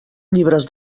llibres